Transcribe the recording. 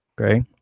okay